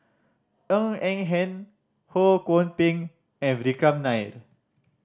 Ng Eng Hen Ho Kwon Ping and Vikram Nair